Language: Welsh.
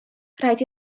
rhaid